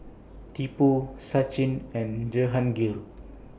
Tipu Sachin and Jehangirr